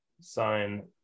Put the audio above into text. sign